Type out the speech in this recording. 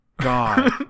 god